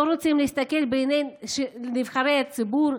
לא רוצים להסתכל בעיני נבחרי הציבור?